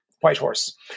Whitehorse